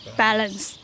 balance